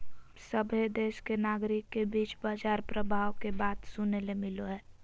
सभहे देश के नागरिक के बीच बाजार प्रभाव के बात सुने ले मिलो हय